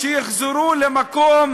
שיחזרו למקום